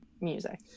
music